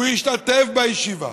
הוא ישתתף בישיבה,